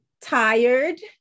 tired